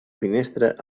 finestra